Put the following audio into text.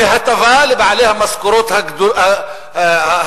והטבה לבעלי המשכורות הגדולות.